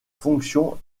fonction